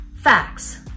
facts